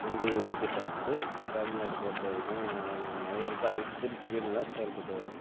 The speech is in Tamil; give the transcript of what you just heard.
பெண்கள் உதவி திட்டம் வந்து தமிழ்நாட்டை பொறுத்த வரைக்கும் நிறைய இருக்குது அது வந்து திருச்சிவிள்லாம் செயல்பட்டு வருது